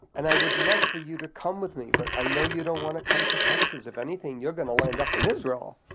and i would love for you to come with me, but i know you don't want to come to texas. if anything you're going to end up in israel.